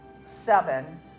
seven